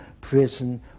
prison